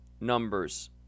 numbers